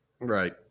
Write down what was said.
Right